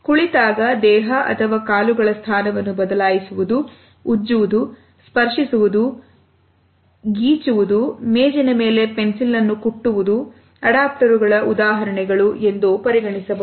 ಕುಳಿತಾಗ ದೇಹ ಅಥವಾ ಕಾಲುಗಳ ಸ್ಥಾನವನ್ನು ಬದಲಾಯಿಸುವುದು ಉಜ್ಜುವುದು ಸ್ಪರ್ಶಿಸುವುದು ಗೀಚುವುದು ಮೇಜಿನ ಮೇಲೆ ಪೆನ್ಸಿಲನ್ನು ಕುಟ್ಟುವುದು ಅಡಾಪ್ಟರುಗಳ ಉದಾಹರಣೆ ಎಂದು ಪರಿಗಣಿಸಬಹುದು